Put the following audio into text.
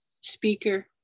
speaker